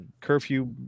curfew